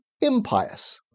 impious